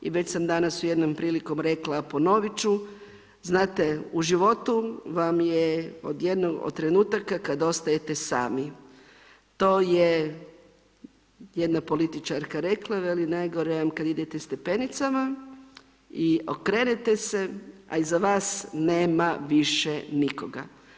I već sam danas jednom prilikom rekla, a ponovit ću, znate u životu vam je u jednom od trenutaka kada ostajete sami, to je jedna političarka rekla, veli najgore vam je kada idete stepenicama i okrenete se, a iza vas nema više nikoga.